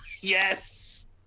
yes